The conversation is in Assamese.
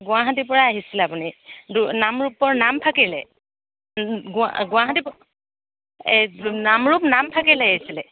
গুৱাহাটীৰ পৰা আহিছিলে আপুনি দু নামৰূপৰ নামফাকেলৈ গুৱা গুৱাহাটী পৰা এই নামৰূপ নামফাকেলৈ আহিছিলে